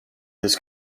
his